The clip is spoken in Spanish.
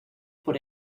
por